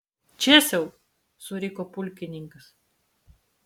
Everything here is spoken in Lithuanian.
čėsiau suriko pulkininkas